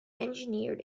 engineered